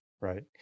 right